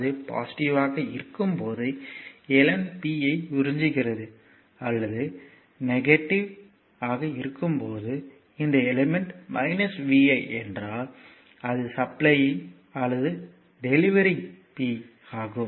அது பாசிட்டிவ்வாக இருக்கும்போது எலிமெண்ட் p ஐ உறிஞ்சுகிறது அல்லது நெகட்டிவ் ஆக இருக்கும்போது இந்த எலிமெண்ட் vi என்றால் அது சப்ளையிங் அல்லது டெலிவரிங் P ஆகும்